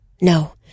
No